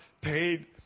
paid